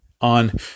on